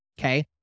Okay